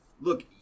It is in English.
look